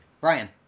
Brian